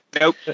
Nope